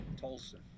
Tolson